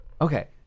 okay